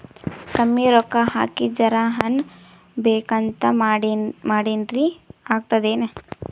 ಕಮ್ಮಿ ರೊಕ್ಕ ಹಾಕಿ ಜರಾ ಹಣ್ ಬೆಳಿಬೇಕಂತ ಮಾಡಿನ್ರಿ, ಆಗ್ತದೇನ?